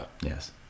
Yes